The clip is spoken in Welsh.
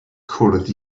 cwrdd